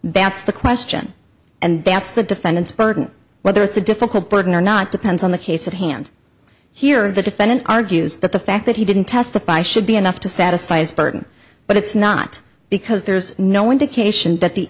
that's the question and that's the defendant's burden whether it's a difficult burden or not depends on the case at hand here the defendant argues that the fact that he didn't testify should be enough to satisfy his burden but it's not because there's no indication that the